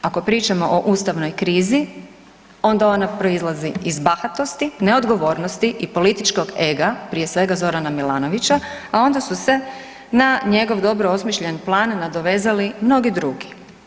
Ako pričamo o ustavnoj krizi onda ona proizlazi iz bahatosti, neodgovornosti i političkog ega prije svega Zorana Milanovića, a onda su se na njegov dobro osmišljen plan nadovezali mnogi drugi.